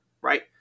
right